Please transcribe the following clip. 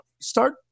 Start